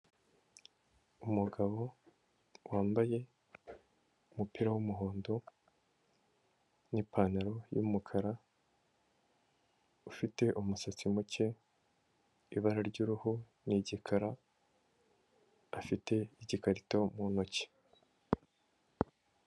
Umugabo wambaye umupira w'umuhondo n'ipantaro y'umukara, ufite umusatsi muke ibara ry'uruhu ni igikara, afite igikarito mu ntoki.